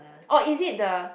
or is it the